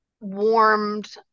warmed